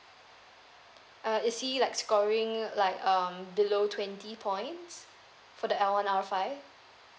uh is he like scoring like um below twenty points for the L one R five